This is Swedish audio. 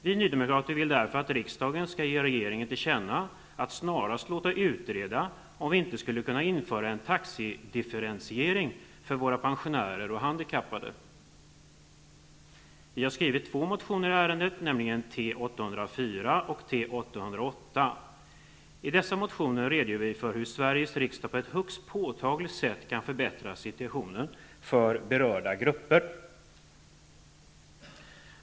Vi nydemokrater vill därför att riksdagen skall ge regeringen till känna att det är angeläget att snarast låta utreda om vi inte skulle kunna införa en taxedifferentiering för våra pensionärer och handikappade. Vi har skrivit två motioner i ärendet, nämligen motionerna T804 och T808. I dessa motioner redogör vi för hur Sveriges riksdag på ett högst påtagligt sätt kan förbättra situationen för berörda grupper.